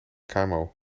kmo